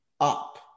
up